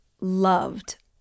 loved